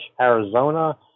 arizona